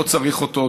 לא צריך אותו.